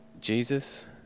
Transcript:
Jesus